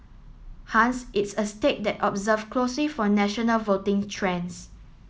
hence it's a state that observe closely for national voting trends